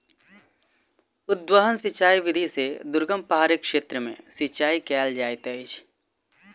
उद्वहन सिचाई विधि से दुर्गम पहाड़ी क्षेत्र में सिचाई कयल जाइत अछि